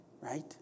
Right